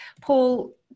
Paul